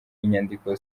inyandiko